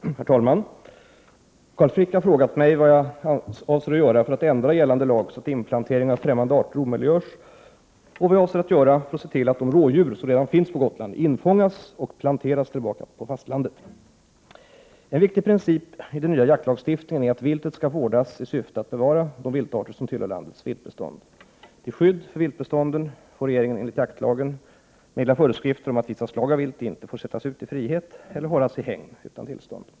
Herr talman! Carl Frick har frågat mig vad jag avser att göra för att ändra gällande lag så att inplantering av fftämmande arter omöjliggörs och vad jag avser att göra för att se till att de rådjur som redan finns på Gotland infångas och planteras tillbaka på fastlandet. En viktig princip i den nya jaktlagstiftningen är att viltet skall vårdas i syfte att de viltarter som tillhör landets viltbestånd skall bevaras. Till skydd för viltbestånden får regeringen enligt jaktlagen meddela föreskrifter om att vissa slag av vilt inte får sättas ut i frihet eller hållas i hägn utan tillstånd.